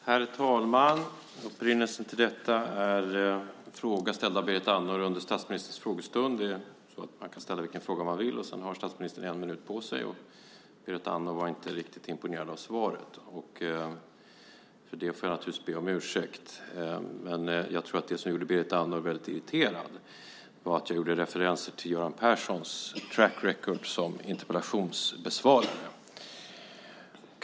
Herr talman! Upprinnelsen till detta är en fråga ställd av Berit Andnor under statsministerns frågestund. Då kan man ställa vilken fråga man vill, och sedan har statsministern en minut på sig. Berit Andnor var inte riktigt imponerad av svaret, och för det får jag naturligtvis be om ursäkt. Men jag tror att det som gjorde Berit Andnor väldigt irriterad var att jag gjorde referenser till Göran Perssons track record som interpellationsbesvarare.